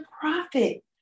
profit